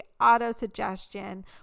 auto-suggestion